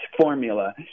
formula